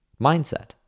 Mindset